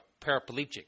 paraplegic